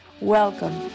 Welcome